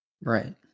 Right